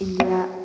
India